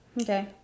okay